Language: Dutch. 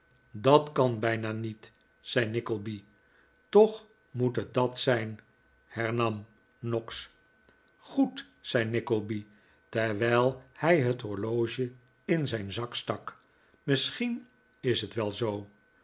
dat kan bijna niet zei nickleby toch moet t dat zijn hernam noggs goed zei nickleby terwijl hij het horloge in zijn zak stak misschien is het wel zoo